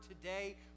today